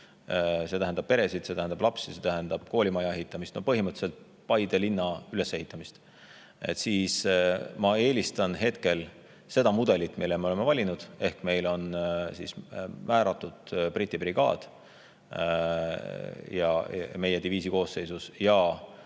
see tähendab peresid, see tähendab lapsi, see tähendab koolimaja ehitamist, no põhimõtteliselt Paide linna ülesehitamist –, siis ma eelistan hetkel seda mudelit, mille me oleme valinud. Meile on määratud Briti brigaad meie diviisi koosseisus ja